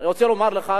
אני רוצה לומר לך,